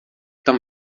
tam